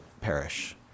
perish